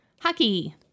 Hockey